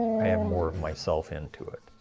i have more of myself into it.